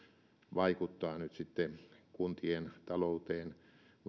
vaikuttaa kuntien talouteen